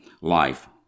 life